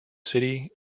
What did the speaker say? city